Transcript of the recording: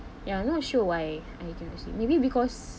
ya I not sure why I cannot sleep maybe because